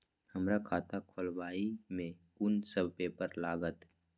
हमरा खाता खोलाबई में कुन सब पेपर लागत?